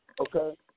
Okay